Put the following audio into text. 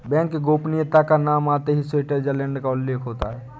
bank गोपनीयता का नाम आते ही स्विटजरलैण्ड का उल्लेख होता हैं